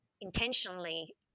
intentionally